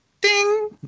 Ding